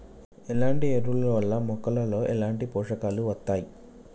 ఎట్లాంటి ఎరువుల వల్ల మొక్కలలో ఎట్లాంటి పోషకాలు వత్తయ్?